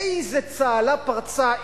איזה צהלה פרצה,